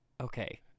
okay